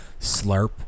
Slurp